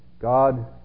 God